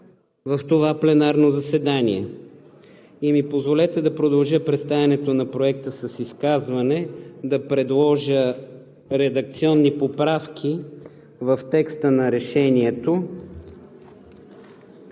в това пленарно заседание. Позволете ми да продължа представянето на Проекта с изказване – да предложа редакционни поправки в текста на Решението.